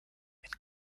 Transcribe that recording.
wenn